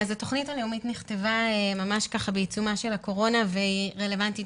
התוכנית הלאומית נכתבה ממש בעיצומה של הקורונה והיא רלוונטית